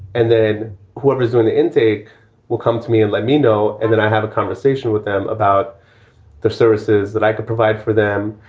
and then whoever is doing the intake will come to me and let me know. and then i have a conversation with them about the services that i could provide for them.